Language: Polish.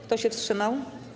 Kto się wstrzymał?